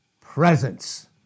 presence